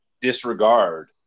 disregard